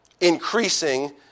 Increasing